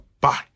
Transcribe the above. Bye